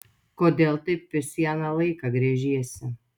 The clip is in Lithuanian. kodėl taip vis į aną laiką gręžiesi